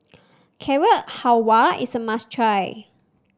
Carrot Halwa is a must try